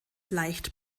leicht